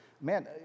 man